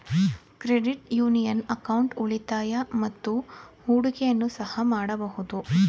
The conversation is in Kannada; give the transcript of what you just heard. ಕ್ರೆಡಿಟ್ ಯೂನಿಯನ್ ಅಕೌಂಟ್ ಉಳಿತಾಯ ಮತ್ತು ಹೂಡಿಕೆಯನ್ನು ಸಹ ಮಾಡಬಹುದು